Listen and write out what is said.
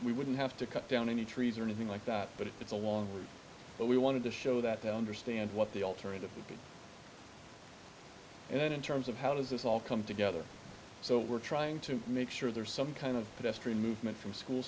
we wouldn't have to cut down any trees or anything like that but it's a long route but we wanted to show that they understand what the alternative would be and then in terms of how does this all come together so we're trying to make sure there's some kind of protest or movement from school